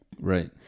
Right